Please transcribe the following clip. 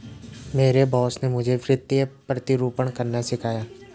मेरे बॉस ने मुझे वित्तीय प्रतिरूपण करना सिखाया